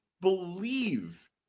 believe